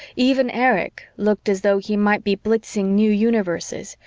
even erich looked as though he might be blitzing new universes,